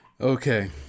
Okay